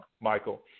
Michael